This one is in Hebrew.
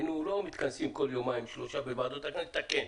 לא היינו מתכנסים כל יומיים-שלושה בוועדות הכנסת לתקן.